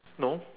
no